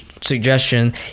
suggestion